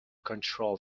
control